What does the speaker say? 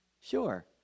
Sure